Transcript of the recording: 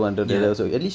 ya